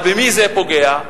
אבל במי זה פוגע?